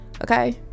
okay